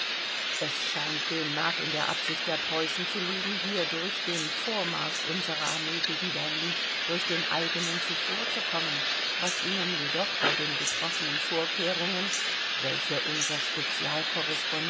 es scheint demnach in der absicht der preußen zu liegen hierdurch den vormarsch unserer armee gegen berlin durch den eigenen zuvorzukommen was ihnen jedoch bei den getroffenen vorkehrungen welche unser